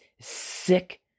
sick